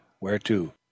whereto